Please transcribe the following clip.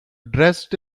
dressed